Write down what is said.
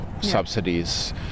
subsidies